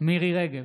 מירי מרים רגב,